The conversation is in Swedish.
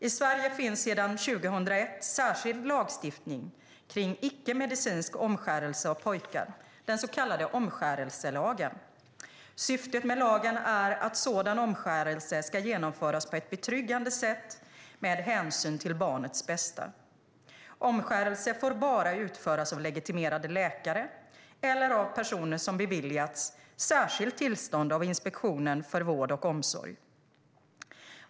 I Sverige finns sedan 2001 särskild lagstiftning kring icke-medicinsk omskärelse av pojkar, den så kallade omskärelselagen . Syftet med lagen är att sådan omskärelse ska genomföras på ett betryggande sätt och med hänsyn till barnets bästa. Omskärelse får bara utföras av legitimerade läkare eller av personer som beviljats särskilt tillstånd av Inspektionen för vård och omsorg.